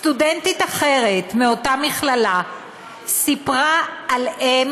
סטודנטית אחרת מאותה מכללה סיפרה על אם